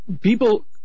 people